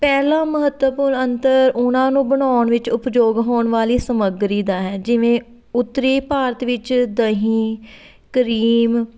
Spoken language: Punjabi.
ਪਹਿਲਾ ਮਹੱਤਵਪੂਰਨ ਅੰਤਰ ਉਹਨਾਂ ਨੂੰ ਬਣਾਉਣ ਵਿੱਚ ਉਪਯੋਗ ਹੋਣ ਵਾਲੀ ਸਮੱਗਰੀ ਦਾ ਹੈ ਜਿਵੇਂ ਉੱਤਰੀ ਭਾਰਤ ਵਿੱਚ ਦਹੀਂ ਕਰੀਮ